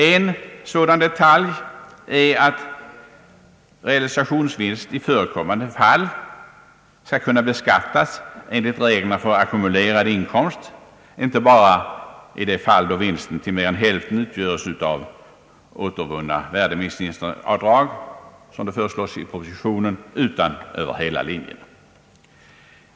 En sådan detalj är att realisationsvinst i förekommande fall skall kunna beskattas enligt reglerna för ackumulerad inkomst, inte bara i de fall då vinsten till mer än hälften utgöres av återvunna värdeminskningsavdrag, som det föreslås i propositionen, utan över hela linjen.